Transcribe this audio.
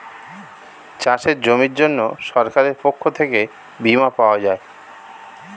চাষের জমির জন্য সরকারের পক্ষ থেকে বীমা পাওয়া যায়